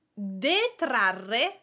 detrarre